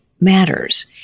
matters